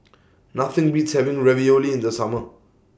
Nothing Beats having Ravioli in The Summer